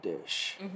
dish